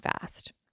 fast